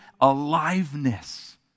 aliveness